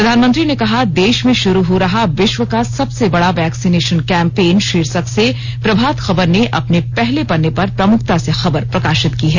प्रधानमंत्री ने कहा देश में शुरू हो रहा विश्व का सबसे बड़ा वैक्सीनेशन कैम्पेन शीर्षक से प्रभात खबर ने अपने पहले पन्ने पर प्रमुखता से खबर प्रकाशित की है